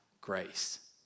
grace